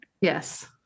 Yes